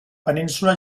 península